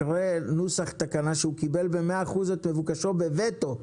אחרי נוסח התקנה שהוא קיבל ב-100% את מבוקשו בווטו,